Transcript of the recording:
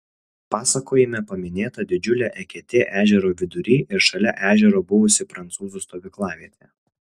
pasakojime paminėta didžiulė eketė ežero vidury ir šalia ežero buvusi prancūzų stovyklavietė